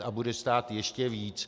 A bude stát ještě víc.